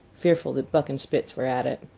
fearful that buck and spitz were at it.